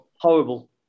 horrible